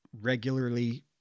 regularly